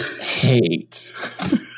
hate